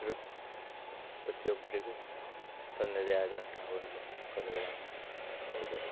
ಇರುತ್ತೆ ಪ್ರತಿಯೊಬ್ಬರಿಗೂ ತನ್ನದೇ ಆದಂತಹ ಒಂದು ಕಲೆಗಳನ್ನು ನಾವು ನೋಡ್ಬಹುದು